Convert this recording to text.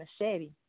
machete